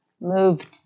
moved